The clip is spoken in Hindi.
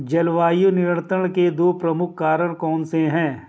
जलवायु नियंत्रण के दो प्रमुख कारक कौन से हैं?